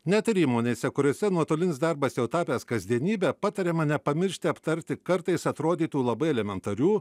net įmonėse kuriose nuotolinis darbas jau tapęs kasdienybe patariama nepamiršti aptarti kartais atrodytų labai elementarių